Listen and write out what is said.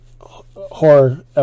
horror